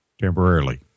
temporarily